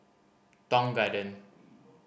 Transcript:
Tong Garden